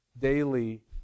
daily